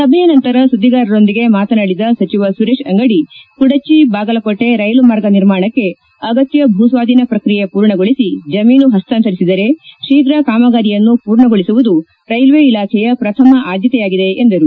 ಸಭೆಯ ನಂತರ ಸುದ್ದಿಗಾರರೊಂದಿಗೆ ಮಾತನಾಡಿದ ಸಚಿವ ಸುರೇಶ್ ಅಂಗಡಿ ಕುಡಚಿ ಬಾಗಲಕೋಟೆ ರೈಲು ಮಾರ್ಗ ನಿರ್ಮಾಣಕ್ಕೆ ಅಗತ್ಯ ಭೂ ಸ್ವಾಧೀನ ಪ್ರಕ್ರಿಯೆ ಪೂರ್ಣಗೊಳಿಸಿ ಜಮೀನು ಹಸ್ತಾಂತರಿಸಿದರೆ ಶೀಫ್ರ ಕಾಮಗಾರಿಯನ್ನು ಪೂರ್ಣಗೊಳಿಸುವುದು ರೈಲ್ವೆ ಇಲಾಖೆಯ ಪ್ರಥಮ ಆದ್ಯತೆಯಾಗಿದೆ ಎಂದರು